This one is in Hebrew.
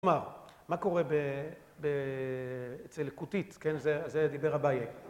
כלומר, מה קורה אצל קוטית, זה דיבר אביי.